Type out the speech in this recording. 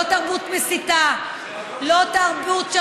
לא תרבות מסיתה,